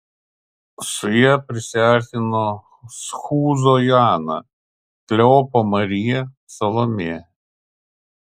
su ja prisiartino chūzo joana kleopo marija salomė